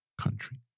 country